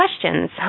questions